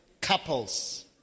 couples